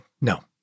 no